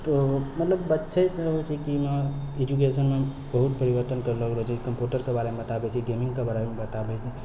तऽ मतलब बच्चेसँ होइ छै कि ओहिमे एजुकेशनमे बहुत परिवर्तन करलो गेलो कंप्यूटरके पोर्टलके बारेमे बताबै छै गेमिङ्गके बारेमे बताबै छै